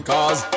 Cause